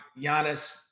Giannis –